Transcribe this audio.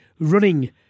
running